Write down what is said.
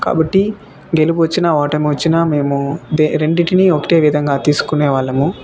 కాబట్టి గెలుపు వచ్చిన ఓటమి వచ్చిన మేము దే రెండింటిని ఒకటే విధంగా తీసుకునే వాళ్ళము